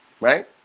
right